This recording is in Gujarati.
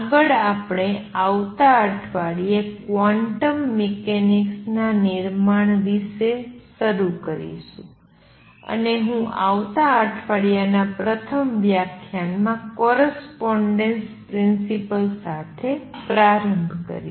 આગળ આપણે આવતા અઠવાડિયે ક્વોન્ટમ મિકેનિક્સ ના નિર્માણ વિષે શરૂ કરીશું અને હું આવતા અઠવાડિયાના પ્રથમ વ્યાખ્યાનમાં કોરસ્પોંડેન્સ પ્રિન્સિપલ સાથે પ્રારંભ કરીશ